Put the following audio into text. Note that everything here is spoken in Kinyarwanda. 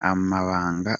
amabanga